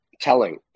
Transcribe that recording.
telling